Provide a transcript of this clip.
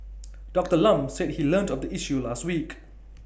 Doctor Lam said he learnt of the issue last week